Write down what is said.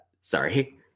Sorry